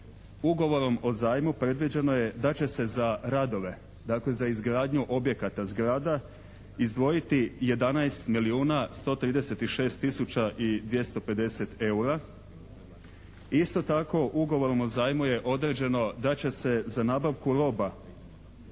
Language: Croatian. Ugovorom o zajmu predviđeno je da će se za radove, dakle za izgradnju objekata zgrada izdvojiti 11 milijuna 136 tisuća i 250 eura. Isto tako Ugovorom o zajmu je određeno da će se za nabavku roba